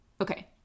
Okay